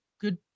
good